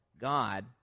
God